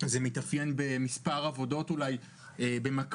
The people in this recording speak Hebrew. זה מתאפיין במספר עבודות במקביל,